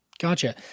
gotcha